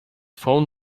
phone